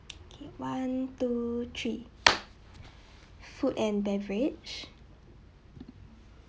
okay one two three food and beverage